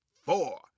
four